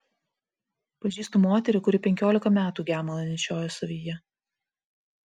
pažįstu moterį kuri penkiolika metų gemalą nešiojo savyje